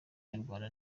nyarwanda